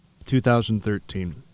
2013